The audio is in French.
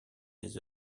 des